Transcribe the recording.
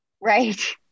right